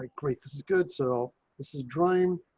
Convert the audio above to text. ah great. this is good. so this is drying.